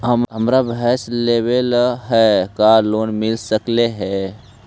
हमरा भैस लेबे ल है का लोन मिल सकले हे?